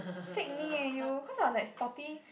fake me eh you cause I was like sporty